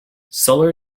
solar